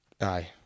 Aye